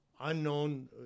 unknown